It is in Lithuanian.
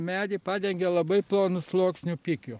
medį padengia labai plonu sluoksniu pikiu